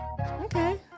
okay